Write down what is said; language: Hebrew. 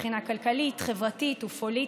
מבחינה כלכלית, חברתית ופוליטית,